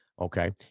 Okay